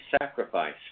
sacrifice